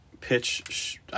pitch